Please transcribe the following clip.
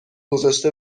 گذاشته